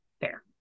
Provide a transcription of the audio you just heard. Fair